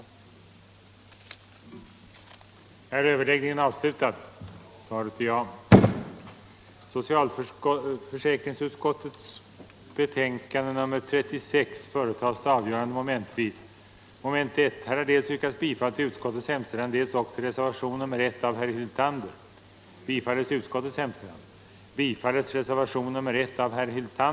den det ej vill röstar nej. den det ej vill röstar nej.